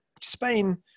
Spain